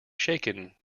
shaken